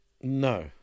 No